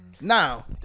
Now